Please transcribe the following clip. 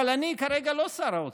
אבל אני כרגע לא שר האוצר.